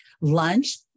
Lunch